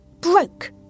broke